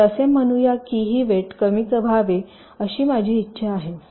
तर असे म्हणू या की हे वेट कमी व्हावे अशी माझी इच्छा आहे